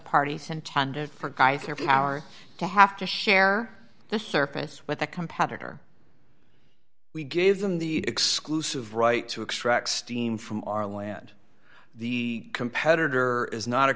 party intended for guy their power to have to share the surface with a competitor we give them the exclusive right to extract steam from our land the competitor is not